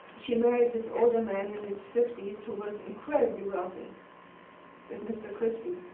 she married this older man in his fifty s, who was incredibly wealthy this mr. christy.